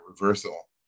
reversal